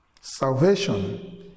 Salvation